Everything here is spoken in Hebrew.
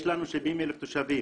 יש לנו 70,000 תושבים.